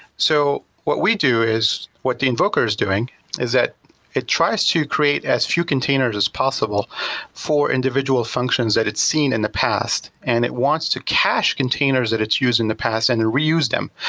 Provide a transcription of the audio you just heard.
so what we do is what the invoker is doing is that it try to create as few containers as possible for individual functions that it's seen in the past. and it wants to cash containers that it's used in the past and reuse them.